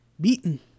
beaten